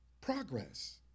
Progress